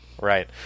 Right